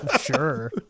Sure